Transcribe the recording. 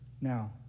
now